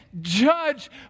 judge